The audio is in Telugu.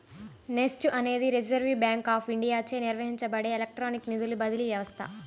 నెఫ్ట్ అనేది రిజర్వ్ బ్యాంక్ ఆఫ్ ఇండియాచే నిర్వహించబడే ఎలక్ట్రానిక్ నిధుల బదిలీ వ్యవస్థ